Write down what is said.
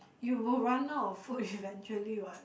you will run out of food eventually [what]